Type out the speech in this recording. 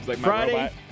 Friday